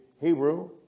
Hebrew